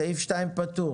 סעיף 2 פתור.